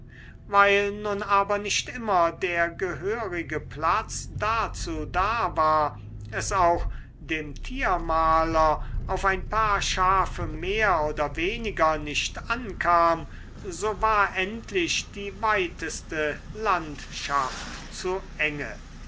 weil nun aber nicht immer der gehörige platz dazu da war es auch dem tiermaler auf ein paar schafe mehr oder weniger nicht ankam so war endlich die weiteste landschaft zu enge